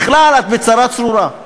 בכלל את בצרה צרורה.